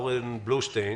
אורן בלושטיין.